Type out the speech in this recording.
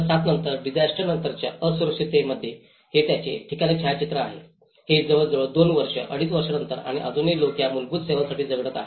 2007 नंतर डिसास्टर नंतरच्या असुरक्षिततेमध्ये हे त्याच ठिकाणचे छायाचित्र आहे जे जवळजवळ दोन वर्ष अडीच वर्षानंतर आणि अजूनही लोक या मूलभूत सेवांसाठी झगडत आहेत